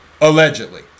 allegedly